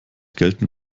gelten